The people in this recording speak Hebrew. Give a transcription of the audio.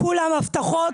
כולם הבטחות,